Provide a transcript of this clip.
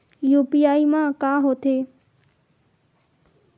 UPI मा का होथे?